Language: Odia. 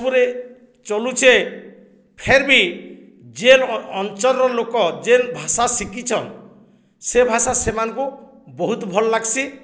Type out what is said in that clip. ସବୁରେ ଚଲୁଛେ ଫେର୍ ବି ଯେନ୍ ଅଞ୍ଚଳର ଲୋକ ଯେନ୍ ଭାଷା ଶିଖିଛନ୍ ସେ ଭାଷା ସେମାନଙ୍କୁ ବହୁତ ଭଲ୍ ଲାଗ୍ସି